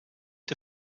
der